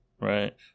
right